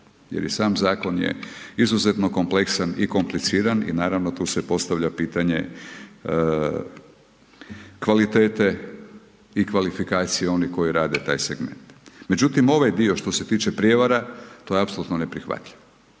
jer i sam zakon je izuzetno kompleksan i kompliciran i naravno tu se postavlja pitanje kvalitete i kvalifikacije onih koji rade taj segment. Međutim ovaj dio što se tiče prijevara, to je apsolutno neprihvatljivo.